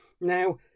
Now